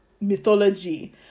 mythology